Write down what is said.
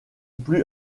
plus